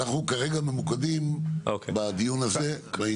אנחנו ממוקדים בדיון הזה.